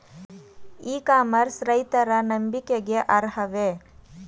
E commerce ರೈತರ ನಂಬಿಕೆಗೆ ಅರ್ಹವೇ?